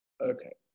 Okay